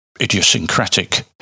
idiosyncratic